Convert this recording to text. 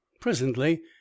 Presently